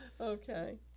Okay